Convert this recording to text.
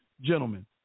gentlemen